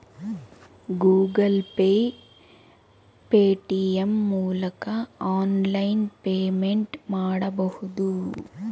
Google Pay, Paytm ಮೂಲಕ online payment ಮಾಡಬಹುದು